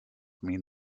mean